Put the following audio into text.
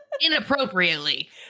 inappropriately